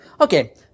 Okay